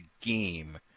game